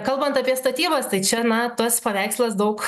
kalbant apie statybas tai čia na tas paveikslas daug